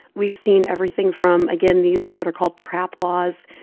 we've seen everything from, again, these what are called trap laws,